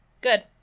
Good